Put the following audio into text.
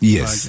Yes